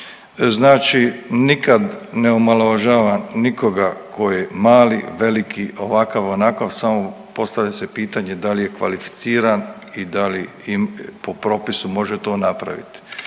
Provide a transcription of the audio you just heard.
Znači nikad ne omalovažavam nikoga tko je mali, veliki, ovakav, onakav. Samo postavlja se pitanje da li je kvalificiran i da li po propisu može to napraviti